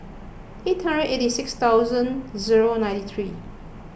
eighty six thousand zero ninety three